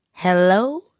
Hello